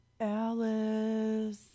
Alice